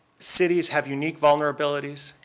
cities have unique vulnerabilities.